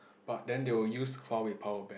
but then they will use Huawei power bank